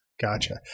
Gotcha